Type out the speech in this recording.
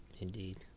Indeed